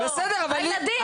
הילדים.